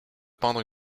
peindre